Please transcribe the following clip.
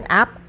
app